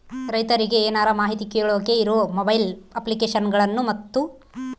ರೈತರಿಗೆ ಏನರ ಮಾಹಿತಿ ಕೇಳೋಕೆ ಇರೋ ಮೊಬೈಲ್ ಅಪ್ಲಿಕೇಶನ್ ಗಳನ್ನು ಮತ್ತು?